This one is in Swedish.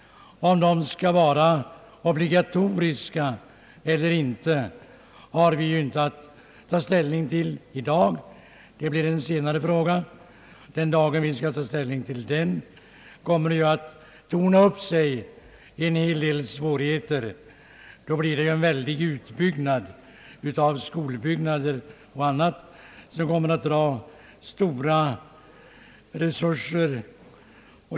Om de skall vara obligatoriska eller inte blir en senare fråga — den dagen vi skall ta ställning till det problemet kommer en hel del svårigheter att torna upp sig. Blir lekskolan obligatorisk krävs det en mängd nya skolbyggnader och annat som kommer att binda stora resurser.